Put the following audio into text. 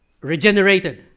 regenerated